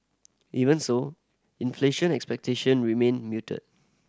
even so inflation expectation remain muted